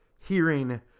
hearing